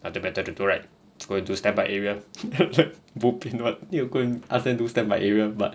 nothing better to do right go into standby area then after that bo pian [what] need to go and ask them do standby area but